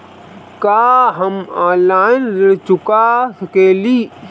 का हम ऑनलाइन ऋण चुका सके ली?